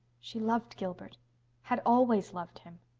she loved gilbert had always loved him!